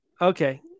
Okay